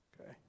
Okay